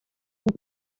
une